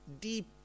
deep